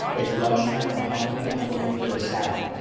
it's lunchtime. i'm hungry, i'm looking for a salad.